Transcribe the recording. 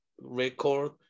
record